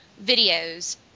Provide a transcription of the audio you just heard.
videos